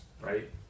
right